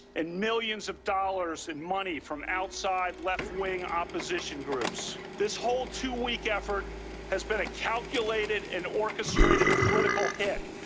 and millions of dollars in money from outside left-wing opposition groups. this whole two-week effort has been a calculated and orchestrated political hit